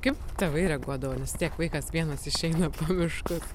kaip tėvai reaguodavo nes vis tiek vaikas vienas išeina po miškus